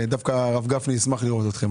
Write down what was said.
הרב גפני ישמח לראות אתכם.